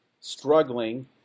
struggling